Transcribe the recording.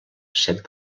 set